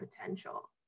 potential